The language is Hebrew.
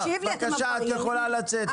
תשימו שם את כל מה שאתם רוצים.